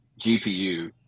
GPU